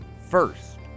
First